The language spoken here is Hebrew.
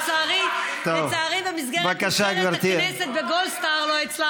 לצערי, במסגרת נבחרת הכנסת בגולסטאר לא הצלחנו.